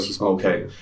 Okay